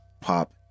pop